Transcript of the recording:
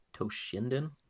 Toshinden